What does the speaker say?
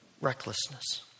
recklessness